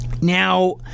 Now